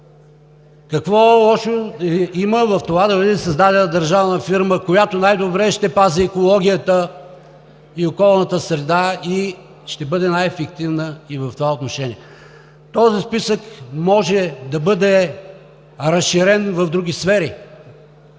Какво лошо има в това да бъде създадена държавна фирма, която най-добре ще пази екологията и околната среда и ще бъде най-ефективна и в това отношение? Този списък може да бъде разширен в други сфери,